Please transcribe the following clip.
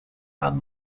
and